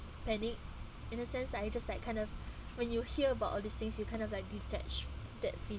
panic in the sense I just like kind of when you hear about all these things you kind of like detach that feeling